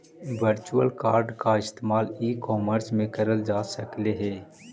virtual card का इस्तेमाल e commerce में करल जा सकलई हे